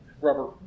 rubber